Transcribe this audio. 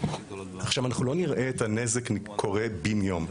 אנחנו לא נראה את הנזק קורה בן יום.